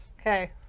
Okay